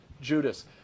Judas